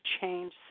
change